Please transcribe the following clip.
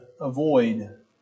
avoid